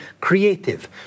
creative